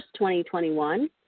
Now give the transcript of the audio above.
2021